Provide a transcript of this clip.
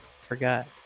forgot